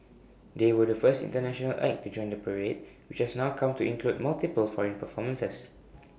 they were the first International act to join the parade which has now come to include multiple foreign performances